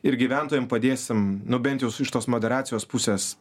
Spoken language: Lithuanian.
ir gyventojam padėsim nu bent jau iš tos moderacijos pusės